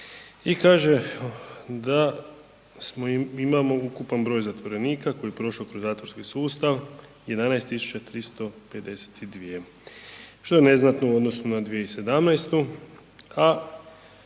i kaže da smo, imamo ukupan broj zatvorenika koji je prošao kroz zatvorski sustav 11352, što je neznatno u odnosu na 2017.,